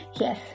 Yes